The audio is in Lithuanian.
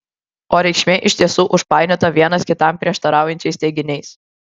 o reikšmė iš tiesų užpainiota vienas kitam prieštaraujančiais teiginiais